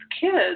kids